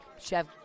Chef